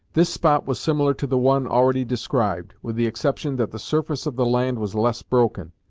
this spot was similar to the one already described, with the exception that the surface of the land was less broken,